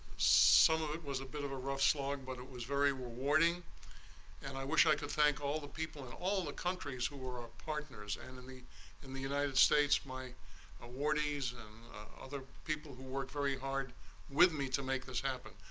some of it was a bit of a rough slog but it was very rewarding and i wish i could thank all the people in all the countries who were our partners and and in the united states my awardees and other people who worked very hard with me to make this happen.